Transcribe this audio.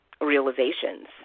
realizations